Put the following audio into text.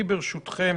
ברשותכם,